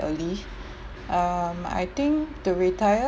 early um I think to retire